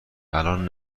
الان